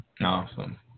Awesome